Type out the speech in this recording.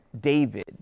David